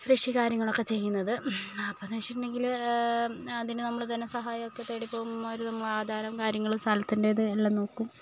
കൃഷി കാര്യങ്ങളൊക്കെ ചെയ്യുന്നത് അപ്പം എന്ന് വെച്ചിട്ടുണ്ടെങ്കില് അതിന് നമ്മള് ധന സഹായമൊക്കെ തേടിപോകുമ്പോൾ അവര് നമ്മളുടെ ആധാരം കാര്യങ്ങള് സ്ഥലത്തിൻറ്റെത് എല്ലാം നോക്കും